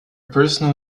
personal